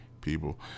people